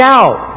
out